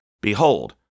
behold